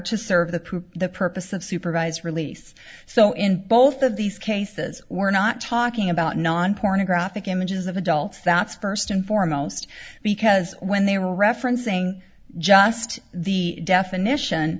to serve the proof the purpose of supervised release so in both of these cases we're not talking about non pornographic images of adults that's first and foremost because when they were referencing just the definition